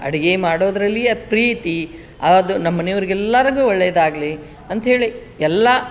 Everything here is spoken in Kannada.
ಅಡುಗೆ ಮಾಡೋದರಲ್ಲಿ ಅದು ಪ್ರೀತಿ ಅದು ನಮ್ಮ ಮನೆಯವ್ರಿಗೆ ಎಲ್ಲರ್ಗೂ ಒಳ್ಳೆದಾಗಲಿ ಅಂತ ಹೇಳಿ ಎಲ್ಲ